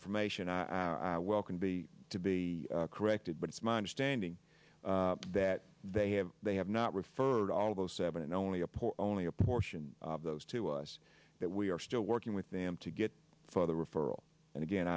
information i well can be to be corrected but it's my understanding that they have they have not referred all of those seven and only a poor only a portion of those to us that we are still working with them to get further referral and again